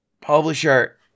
publisher